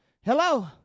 Hello